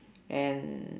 and